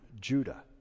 Judah